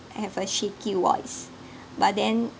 I have a shaky voice but then